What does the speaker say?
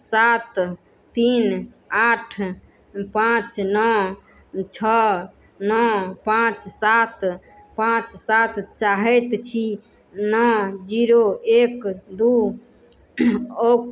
सात तीन आठ पाँच नओ छओ नओ पाँच सात पाँच सात चाहैत छी नओ जीरो एक दू ओक